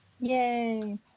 Yay